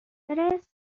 tres